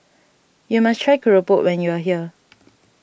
you must try Keropok when you are here